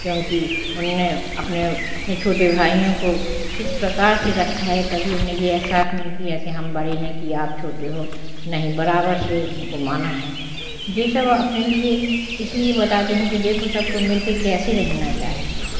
क्योंकि उनने अपने अपने छोटे भाइयों को किस प्रकार से रखा है कभी उन्हें यह एहसास नहीं किया कि हम बड़े हैं कि आप छोटे हो नहीं बराबर से उनको माना है जे सब अपने लिए इसलिए बताते हैं कि देखो सबको मिलके कैसे रहना चाहिए